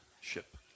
ship